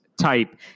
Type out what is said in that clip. type